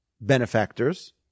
benefactors